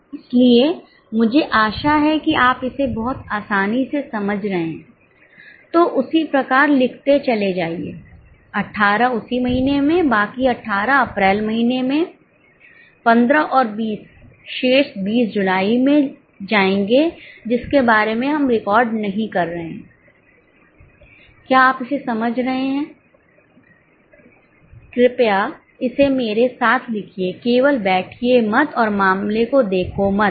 इसलिए मुझे आशा है कि आप इसे बहुत आसानी से समझ रहे हैं तो उसी प्रकार लिखते चले जाइए 18 उसी महीने में बाकी 18 अप्रैल महीने में 15 और 20 शेष 20 जुलाई में जाएंगे जिसके बारे में हम रिकॉर्ड नहीं कर रहे हैं क्या आप इसे समझ रहे हैं कृपया इसे मेरे साथ लिखिए केवल बैठिए मत और मामले को देखो मत